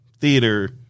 theater